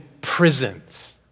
prisons